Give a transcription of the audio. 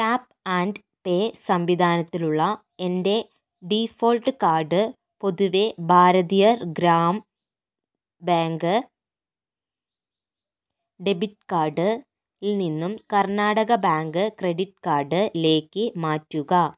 tap and pay സംവിധാനത്തിലുള്ള എൻ്റെ default card പൊതുവെ ഭാരതീയർ ഗ്രാം ബാങ്ക് ഡെബിറ്റ് കാർഡ് ൽ നിന്നും കർണാടക ബാങ്ക് ക്രെഡിറ്റ് കാർഡ് ലേക്ക് മാറ്റുക